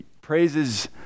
praises